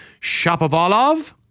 Shapovalov